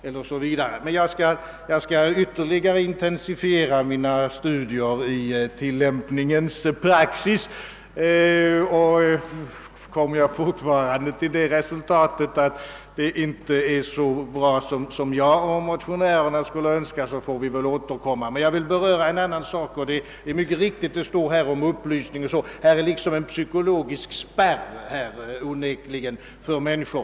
Jag skall emellertid ytterligare intensifiera mina studier i tillämpningens praxis. Och kommer jag då alltjämt till det resultatet, att tillämpningen inte är så bra som jag och mina medmotionärer skulle önska, får vi väl återkomma till frågan. Det är alldeles riktigt, att utskottet talar om behovet av information, när det gäller tillämpningsföreskrifterna. Onekligen föreligger dock en psykologisk spärr för dessa människor.